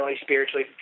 spiritually